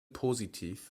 positiv